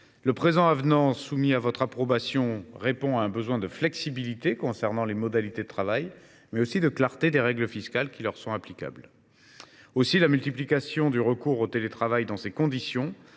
Le texte soumis à votre approbation répond à un besoin de flexibilité concernant les modalités de travail, mais aussi de clarté des règles fiscales qui leur sont applicables. La multiplication du recours au télétravail dans ces conditions